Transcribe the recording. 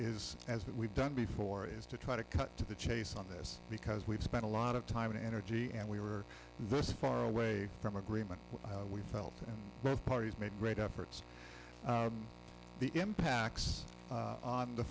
as we've done before is to try to cut to the chase on this because we've spent a lot of time and energy and we were this far away from agreement we felt both parties made great efforts the impacts on the